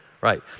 Right